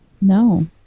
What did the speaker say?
No